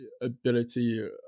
ability